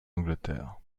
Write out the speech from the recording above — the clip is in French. angleterre